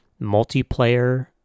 multiplayer